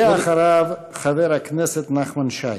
ואחריו, חבר הכנסת נחמן שי.